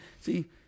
See